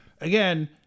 again